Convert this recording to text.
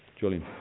Julian